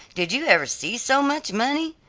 did you ever see so much money,